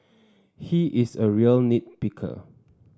he is a real nit picker